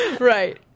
Right